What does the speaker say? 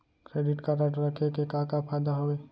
Credit card रखे के का का फायदा हवे?